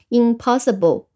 impossible